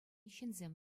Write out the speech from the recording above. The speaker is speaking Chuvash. ҫынсем